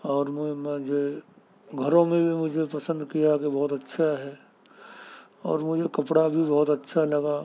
اور میں مجھے گھروں میں بھی مجھے پسند کیا کہ بہت اچھا ہے اور مجھے کپڑا بھی بہت اچھا لگا